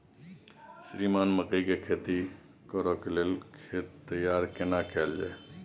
श्रीमान मकई के खेती कॉर के लेल खेत तैयार केना कैल जाए?